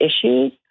issues